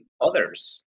others